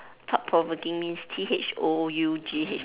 thought provoking means T H O U G H